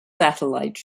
satellite